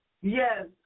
Yes